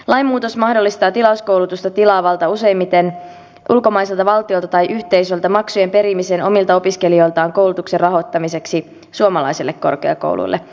lainmuutos mahdollistaa tilauskoulutusta tilaavalta useimmiten ulkomaiselta valtiolta tai yhteisöltä maksujen perimisen omilta opiskelijoiltaan koulutuksen rahoittamiseksi suomalaisille korkeakouluille